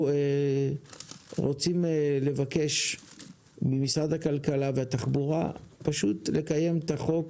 אנחנו רוצים לבקש ממשרד הכלכלה והתחבורה פשוט לקיים את החוק